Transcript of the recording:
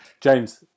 James